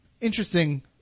interesting